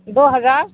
دو ہزار